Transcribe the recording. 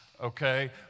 okay